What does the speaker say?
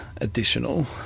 additional